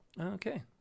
Okay